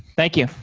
thank you